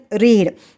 read